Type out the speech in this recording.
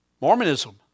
Mormonism